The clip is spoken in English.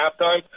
halftime